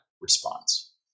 response